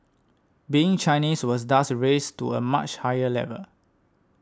being Chinese was thus raised to a much higher level